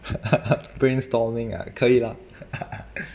brainstorming ah 可以 lah